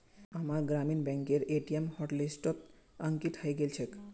अम्मार ग्रामीण बैंकेर ए.टी.एम हॉटलिस्टत अंकित हइ गेल छेक